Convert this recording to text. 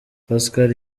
pascal